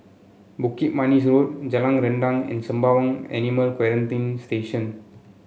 Bukit Manis Road Jalan Rendang and Sembawang Animal Quarantine Station